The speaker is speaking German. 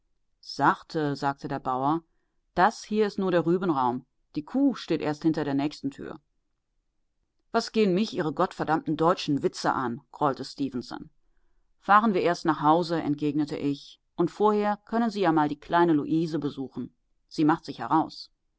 sachte sagte der bauer das hier ist nur der rübenraum die kuh steht erst hinter der nächsten tür was gehen mich ihre verdammten deutschen witze an grollte stefenson fahren wir erst nach hause entgegnete ich und vorher können sie ja mal die kleine luise besuchen sie macht sich heraus